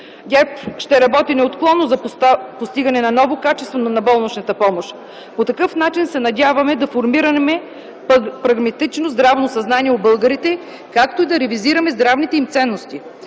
ГЕРБ ще работи неотклонно за постигане на ново качество на доболничната помощ. По такъв начин се надяваме да формираме прагматично здравно съзнание у българите, както и да ревизираме здравните им ценности.